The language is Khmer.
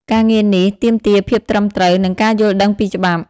ការងារនេះទាមទារភាពត្រឹមត្រូវ និងការយល់ដឹងពីច្បាប់។